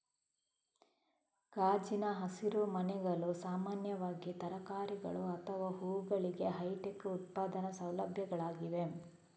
ಗಾಜಿನ ಹಸಿರುಮನೆಗಳು ಸಾಮಾನ್ಯವಾಗಿ ತರಕಾರಿಗಳು ಅಥವಾ ಹೂವುಗಳಿಗೆ ಹೈಟೆಕ್ ಉತ್ಪಾದನಾ ಸೌಲಭ್ಯಗಳಾಗಿವೆ